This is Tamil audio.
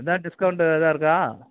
எதனால் டிஸ்கவுண்ட் எதாது இருக்கா